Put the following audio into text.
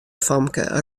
famke